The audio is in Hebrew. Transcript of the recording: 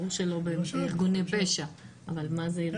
ברור שלא ארגוני פשע, אבל מה זה ברורים?